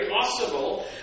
possible